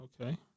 Okay